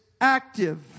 active